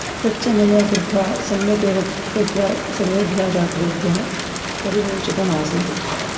तच्च मया कृत्वा सम्यक् एव कृत्वा सर्वेभ्यः छात्रेभ्यः परिवेषितमासीत्